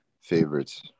favorites